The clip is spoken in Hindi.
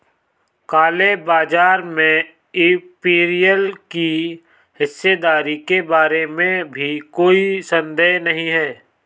काले बाजार में इंपीरियल की हिस्सेदारी के बारे में भी कोई संदेह नहीं है